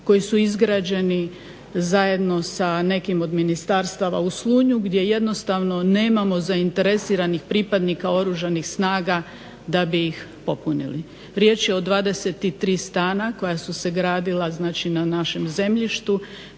koji su izgrađeni zajedno sa nekim od ministarstava u Slunju gdje jednostavno nemamo zainteresiranih pripadnika Oružanih snaga da bi ih popunili. Riječ je o 23 stana koja su se gradila na našem zemljištu